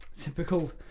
Typical